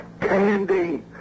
Candy